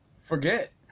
forget